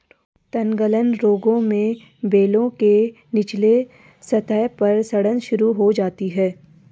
तनगलन रोग में बेलों के निचले सतह पर सड़न शुरू हो जाती है